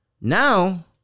now